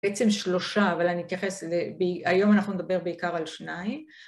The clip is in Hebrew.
‫בעצם שלושה, אבל אני אתייחס... ‫היום אנחנו נדבר בעיקר על שניים.